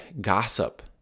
gossip